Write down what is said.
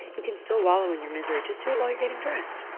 you can still wallow in your misery. just do it while you're getting dressed